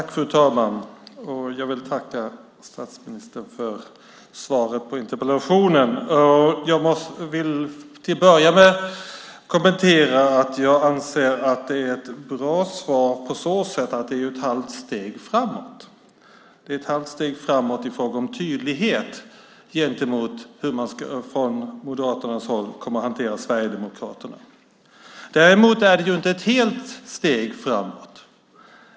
Fru talman! Jag vill tacka statsministern för svaret på interpellationen. Till att börja med vill jag säga att jag anser att det är ett bra svar på så sätt att det är ett halvt steg framåt. Det är ett halvt steg framåt i fråga om tydlighet om hur man från Moderaternas håll kommer att hantera Sverigedemokraterna. Däremot är det inte ett helt steg framåt.